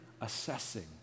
assessing